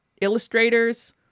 illustrators